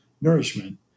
nourishment